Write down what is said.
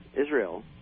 Israel